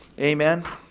Amen